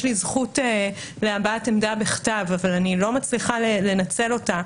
לי זכות להבעת עמדה בכתב אבל איני מצליחה לנצל אותה,